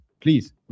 Please